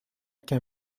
qu’un